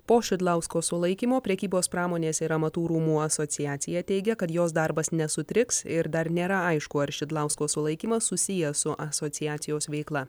po šidlausko sulaikymo prekybos pramonės ir amatų rūmų asociacija teigia kad jos darbas nesutriks ir dar nėra aišku ar šidlausko sulaikymas susijęs su asociacijos veikla